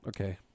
Okay